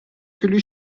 کیلو